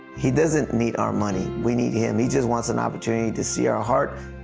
he doesn't need our money. we need him. he just wants an opportunity to see our heart.